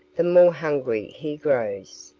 the more hungry he grows.